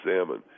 salmon